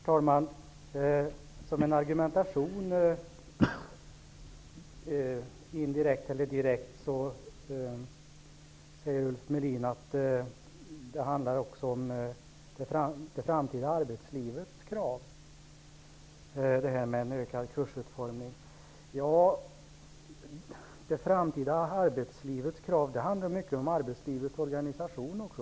Herr talman! Ulf Melin säger, som en direkt eller indirekt argumentation, att det handlar om det framtida arbetslivets krav, när vi talar om en större möjlighet till kursutformning. Jag vill säga att det framtida arbetslivets krav också handlar mycket om arbetslivets organisation.